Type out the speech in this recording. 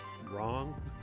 wrong